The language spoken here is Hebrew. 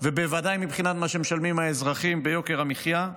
ובוודאי מבחינת מה שמשלמים האזרחים ביוקר המחיה.